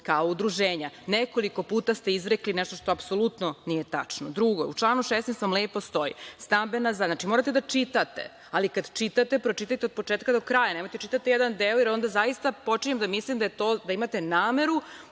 kao udruženja. Nekoliko puta ste izrekli nešto što apsolutno nije tačno. Drugo, u članu 16. vam lepo stoji stambena zgrada, ali morate da čitate, ali kada čitate pročitajte od početka do kraja, nemojte da čitate jedan deo jer onda zaista počinjem da mislim da imate nameru